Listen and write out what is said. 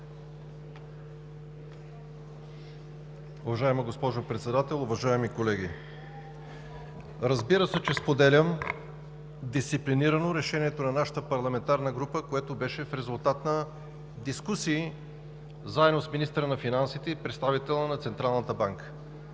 Уважаема госпожо Председател, уважаеми колеги! Разбира се, че дисциплинирано споделям решението на нашата парламентарна група, което беше в резултат на дискусии заедно с министъра на финансите и представителя на Централната банка.